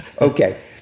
Okay